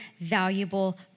valuable